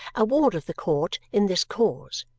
a ward of the ct in this cause,